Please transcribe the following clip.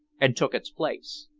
and took its place.